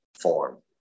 form